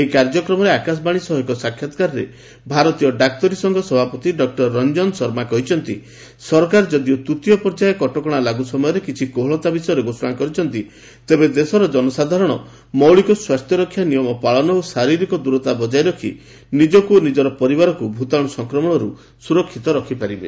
ଏହି କାର୍ଯକ୍ରମରେ ଆକାଶବାଣୀ ସହ ଏକ ସାକ୍ଷାତ୍କାରରେ ଭାରତୀୟ ଡାକ୍ତରୀ ସଂଘ ସଭାପତି ଡକ୍କର ରଞ୍ଜନ ଶର୍ମା କହିଛନ୍ତି ସରକାର ଯଦିଓ ତୂତୀୟ ପର୍ଯ୍ୟାୟ କଟକଣା ଲାଗୁ ସମୟରେ କିଛି କୋହଳତା ବିଷୟରେ ଘୋଷଣା କରିଛନ୍ତି ତେବେ ଦେଶର ଜନସାଧାରଣ ମୌଳିକ ସ୍ୱାସ୍ଥ୍ୟରକ୍ଷା ନିୟମ ପାଳନ ଓ ଶାରୀରିକ ଦୂରତା ବଜାୟ ରଖି ନିଜକୁ ଓ ନିଜର ପରିବାରକୁ ଭୂତାଣୁ ସଂକ୍ରମଣରୁ ସୁରକ୍ଷିତ ରଖିପାରିବେ